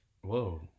Whoa